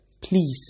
Please